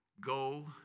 Go